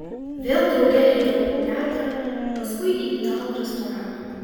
vėl drauge eidavo į teatrą paskui į italų restoraną